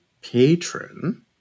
patron